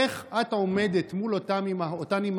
איך את עומדת מול אותן אימהות,